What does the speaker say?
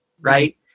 right